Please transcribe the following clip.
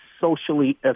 socially